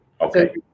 okay